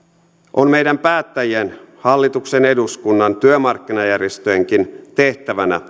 on meidän päättäjien hallituksen eduskunnan työmarkkinajärjestöjenkin tehtävä